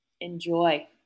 enjoy